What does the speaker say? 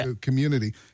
community